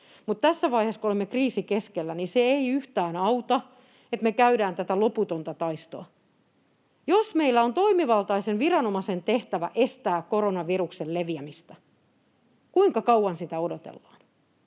Mutta tässä vaiheessa, kun olemme kriisin keskellä, se ei yhtään auta, että me käydään tätä loputonta taistoa. Jos meillä on toimivaltaisen viranomaisen tehtävä estää koronaviruksen leviämistä, kuinka kauan sitä odotellaan?